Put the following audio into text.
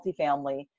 multifamily